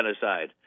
genocide